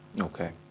Okay